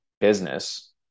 business